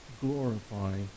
glorify